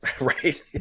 Right